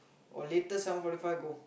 or latest seven fourty five go